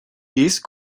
these